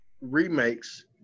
remakes